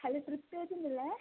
hello trip agent അല്ലേ